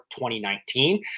2019